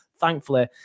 Thankfully